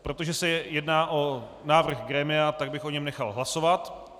Protože se jedná o návrh grémia, tak bych o něm nechal hlasovat.